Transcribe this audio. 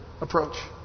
approach